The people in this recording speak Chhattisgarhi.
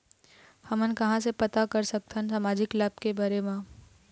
हमन कहां से पता कर सकथन सामाजिक लाभ के भरे बर मा?